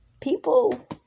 people